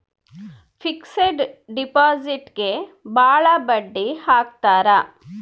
fixed ಡಿಪಾಸಿಟ್ಗೆ ಭಾಳ ಬಡ್ಡಿ ಹಾಕ್ತರ